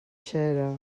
xera